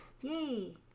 Yay